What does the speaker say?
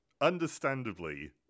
understandably